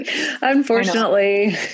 unfortunately